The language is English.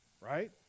right